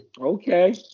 Okay